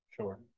Sure